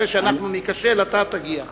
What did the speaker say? אחרי שאנחנו ניכשל אתה תגיע,